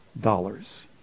dollars